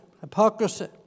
Hypocrisy